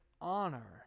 honor